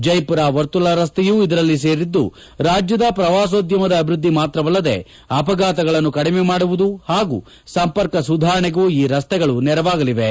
ಜೈಮರ ವರ್ತುಲ ರಸ್ತೆಯೂ ಇದರಲ್ಲಿ ಸೇರಿದ್ದು ರಾಜ್ಯದ ಪ್ರವಾಸೋದ್ಯಮದ ಅಭಿವೃದ್ಧಿ ಮಾತ್ರವಲ್ಲದೇ ಅಪಘಾತಗಳನ್ನು ಕಡಿಮೆ ಮಾಡುವುದು ಹಾಗೂ ಸಂಪರ್ಕ ಸುಧಾರಣೆಗೂ ಈ ರಸ್ತೆಗಳು ನೆರವಾಗಲಿವೆ